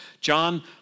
John